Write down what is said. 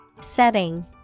setting